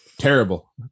Terrible